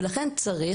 ולכן צריך,